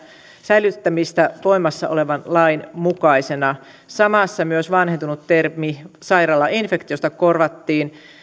säilymisestä voimassa olevan lain mukaisena samassa myös vanhentunut termi sairaalainfektio